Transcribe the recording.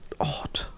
odd